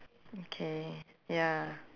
okay ya